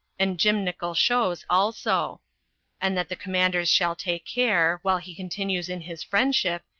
and gymnical shows also and that the commanders shall take care, while he continues in his friendship,